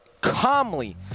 calmly